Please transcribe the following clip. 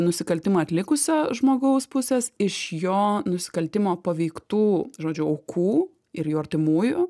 nusikaltimą atlikusio žmogaus pusės iš jo nusikaltimo paveiktų žodžiu aukų ir jų artimųjų